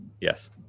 yes